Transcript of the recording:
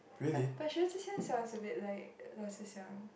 but but Xue-Zhi-Qian sounds a bit like Luo-Zhi-Xiang